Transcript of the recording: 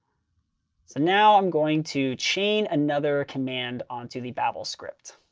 so now, i'm going to chain another command onto the babel script.